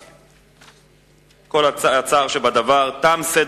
בעד, 10, משמע חוק